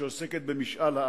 שעוסקת במשאל העם,